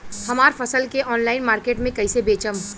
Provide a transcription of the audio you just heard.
हमार फसल के ऑनलाइन मार्केट मे कैसे बेचम?